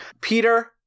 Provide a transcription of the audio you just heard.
Peter